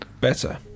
Better